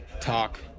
talk